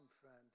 friend